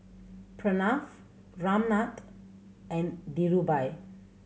Pranav Ramnath and Dhirubhai